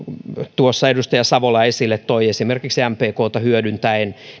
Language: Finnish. tuossa edustaja savola esille toi esimerkiksi mpkta hyödyntäen